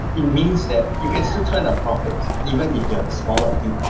it means that you can still turn a profit, even if you have a smaller fleet,